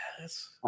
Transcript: Yes